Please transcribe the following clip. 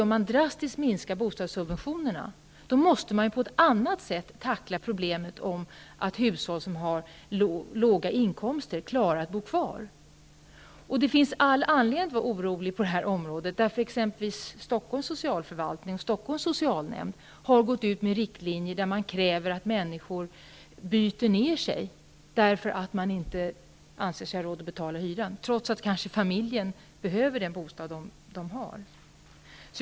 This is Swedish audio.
Om man drastiskt minskar bostadssubventionerna, måste man ju på något annat sätt tackla problemet hur hushåll med låga inkomster skall klara att bo kvar i sina lägenheter. Det finns all anledning till oro på det här området. Från Stockholms socialförvaltning och Stockholms socialnämnd har man gått ut med sådana riktlinjer där man kräver att människor byter ner sig, eftersom man inte anser sig ha råd att bistå med hyran, trots att en familj kan behöva den bostad som familjen har.